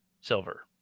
Silver